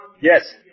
yes